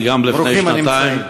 זכיתי לפני שנתיים